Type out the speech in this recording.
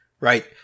right